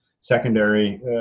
secondary